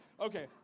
Okay